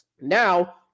Now